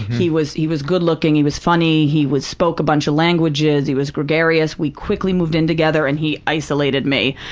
he was he was good-looking, he was funny, he spoke a bunch of languages, he was gregarious, we quickly moved in together, and he isolated me.